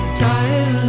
tired